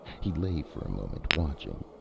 he lay for a moment, watching.